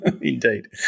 Indeed